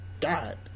god